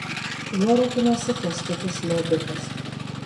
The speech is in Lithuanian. juo rūpinosi kęstutis liobikas